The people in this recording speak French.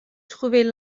trouvait